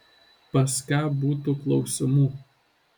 pas ką būtų klausimų